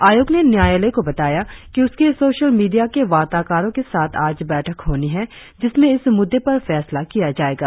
आयोग ने न्यायालय को बताया कि उसकी सोशल मीडिया के वार्ताकारों के साथ आज बैठक होनी है जिसमें इस मुद्दे पर फैसला किया जाएगा